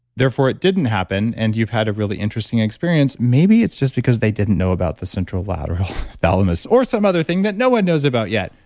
therefore, it didn't happen, and you've had a really interesting experience. maybe it's just because they didn't know about the central lateral thalamus or some other thing that no one knows about yet.